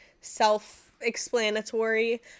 self-explanatory